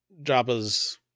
Jabba's